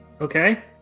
Okay